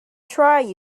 try